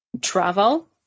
travel